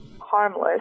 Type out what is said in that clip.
harmless